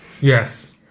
yes